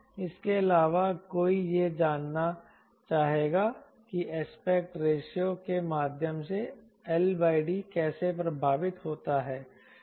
इसके अलावा कोई यह जानना चाहेगा कि एस्पेक्ट रेशियो के माध्यम से L Dकैसे प्रभावित होता है